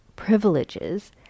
privileges